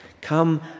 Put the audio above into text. Come